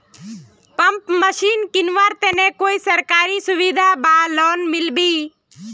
Pump machine किनवार तने कोई सरकारी सुविधा बा लव मिल्बी?